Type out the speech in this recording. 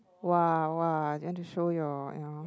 !wah! !wah! you want to show your you know